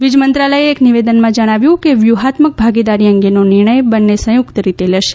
વીજ મંત્રાલયે એક નિવેદનમાં જણાવ્યું છે કે વ્યૂહાત્મક ભાગીદારી અંગેનો નિર્ણય બંને સંયુક્ત રીતે લેશે